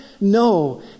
No